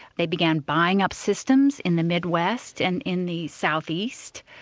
they began buying up systems in the midwest and in the southeast.